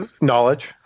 knowledge